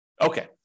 Okay